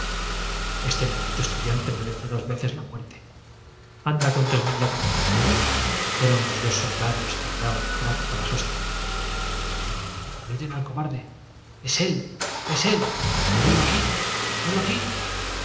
este maldito estudiante merece dos veces la muerte anda con tres i i mil de a cabauo dijeron los dos soldados que le daban el brazo para sostenerlo oh miren el cobarde es él es él helo aquí helo aquí